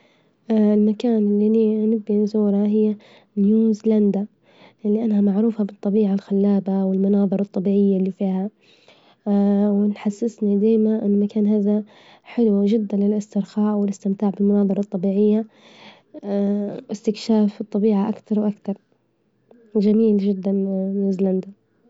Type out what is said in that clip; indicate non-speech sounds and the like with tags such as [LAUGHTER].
[HESITATION] المكان إللي أني نبي نزوره هي نيوزيلندا، لأنها معروفة بالطبيعة الخلابة والمناظر الطبيعية إللي فيها [HESITATION] ونحسسني ديما إنه المكان هذا حلو جدا للاسترخاء، والاستمتاع بالمناظرة الطبيعية [HESITATION] واستكشاف الطبيعة أكتر وأكتر، وجميل جدا نيوزيلندا.